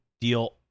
deal